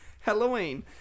Halloween